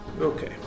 Okay